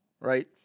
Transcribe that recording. right